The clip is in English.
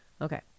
Okay